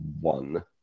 one